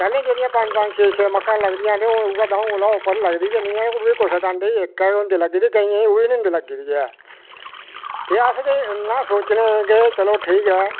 पैह्लेंं जेह्ड़िया पंज पंज छे छे मक्कां लगदियां हियां ते हून उ'ऐ द'ऊं कोला उप्पर लगदी गै निं ऐ उब्भी कुसै कुसै ढांडे गी इक गै होंदी लगी दी केइयें केइयें गी ओह् बी नेईं होंदी लग्गी दी ऐ ते अस ते इन्ना सोचने कि चलो ठीक ऐ